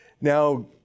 Now